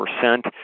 percent